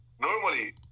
Normally